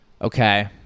Okay